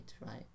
right